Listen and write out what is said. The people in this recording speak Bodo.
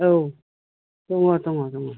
औ दङ दङ दङ